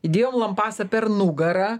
idėjom lampasą per nugarą